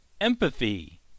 Empathy